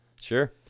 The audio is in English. sure